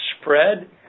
spread